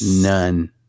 none